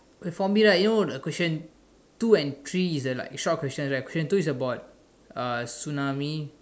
from here right you know the question two and three is the like short questions right question two is about uh tsunami